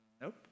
Nope